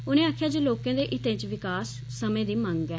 उनें आक्खेआ जे लोकें दे हित्तै च विकास समें दी मंग ऐ